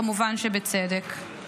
כמובן שבצדק.